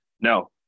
No